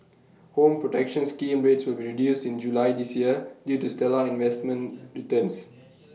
home protection scheme rates will be reduced in July this year due to stellar investment returns